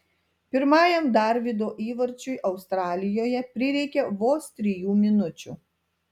pirmajam darvydo įvarčiui australijoje prireikė vos trijų minučių